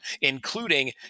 including